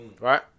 right